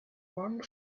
one